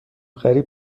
غریب